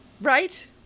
Right